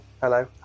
hello